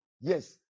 yes